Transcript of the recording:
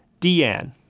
Deanne